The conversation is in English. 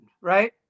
right